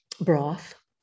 broth